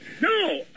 no